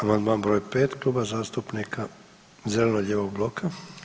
Amandman br. 5. Kluba zastupnika zeleno-lijevog bloka.